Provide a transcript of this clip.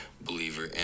believer